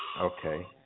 Okay